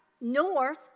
north